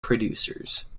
producers